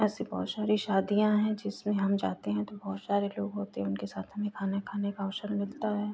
ऐसी बहुत सारी शादियाँ हैं जिसमें हम जाते हैं तो बहुत सारे लोग होते हैं उनके साथ हमें खाना खाने का अवसर मिलता है